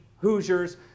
Hoosiers